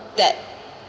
that